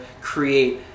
create